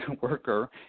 worker